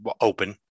open